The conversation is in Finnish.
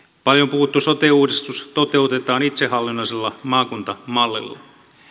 paljon puhuttu sote uudistus toteutetaan itsehallinnollisella maakuntamallilla